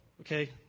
okay